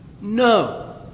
No